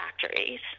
factories